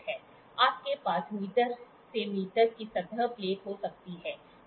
आपके पास मीटर से मीटर की सतह प्लेट हो सकती है